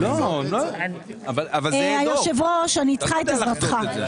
אני צריכה את עזרתך.